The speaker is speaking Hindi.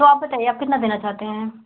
तो आप बताइए आप कितना देना चाहते हैं